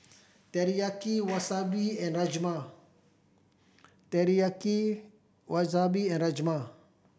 Teriyaki Wasabi and Rajma Teriyaki Wasabi and Rajma